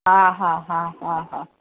हा हा हा हा हा